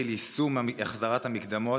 יישום החזרת המקדמות,